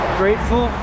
grateful